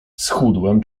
schudłem